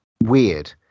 Weird